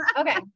Okay